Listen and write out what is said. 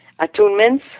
attunements